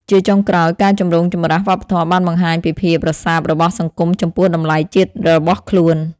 ជាចុងក្រោយ ការចម្រូងចម្រាសវប្បធម៌បានបង្ហាញពីភាពរសើបរបស់សង្គមចំពោះតម្លៃជាតិរបស់ខ្លួន។